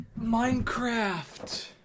Minecraft